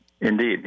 Indeed